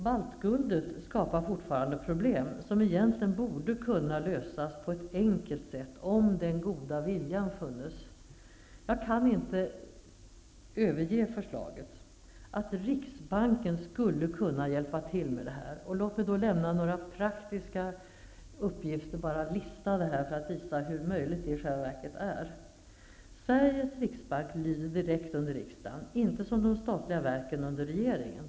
Baltguldet skapar fortfarande problem, som egentligen borde kunna lösas på ett enkelt sätt, om den goda viljan funnes. Jag kan inte överge förslaget att riksbanken skulle kunna hjälpa till med detta. Låt mig lämna några praktiska uppgifter, som jag har listade, för att visa hur möjligt det i själva verket är. Sveriges riksbank lyder direkt under riksdagen, inte som de statliga verken under regeringen.